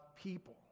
people